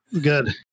good